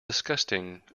disgusting